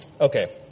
Okay